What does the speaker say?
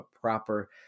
proper